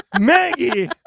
Maggie